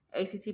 ACT